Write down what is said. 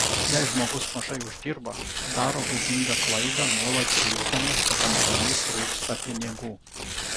jei žmogus mažai uždirba daro būdingą klaidą nuolat zyzdamas kad amžinai trūksta pinigų